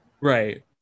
right